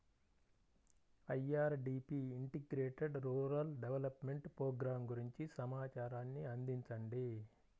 IRDP integrated rural development programme గురించి సమాచారాన్ని అందించండి?